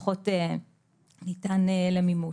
פחות ניתן למימוש.